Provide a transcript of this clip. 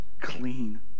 clean